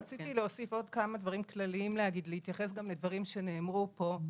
רציתי להתייחס גם לדברים שנאמרו פה.